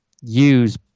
use